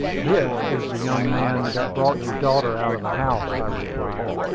this is the young man that brought your daughter out of the house, i replied,